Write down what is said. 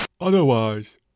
Otherwise